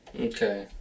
Okay